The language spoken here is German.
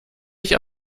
ich